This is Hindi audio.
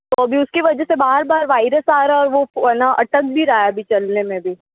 तो अभी उसकी वजह से बार बार वाइरस आ रहा है और वो है ना अटक भी रहा है अभी चलने में भी